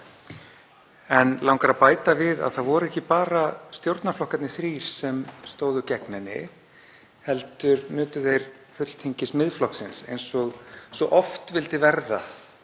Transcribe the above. Mig langar að bæta við að það voru ekki bara stjórnarflokkarnir þrír sem stóðu gegn henni heldur nutu þeir fulltingis Miðflokksins. Eins og svo oft vildi verða